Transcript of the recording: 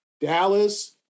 Dallas